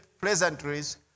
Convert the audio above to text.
pleasantries